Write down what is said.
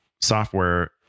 software